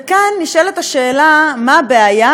וכאן נשאלת השאלה מה הבעיה,